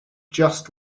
just